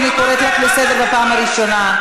אני קוראת אותך לסדר פעם ראשונה.